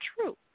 true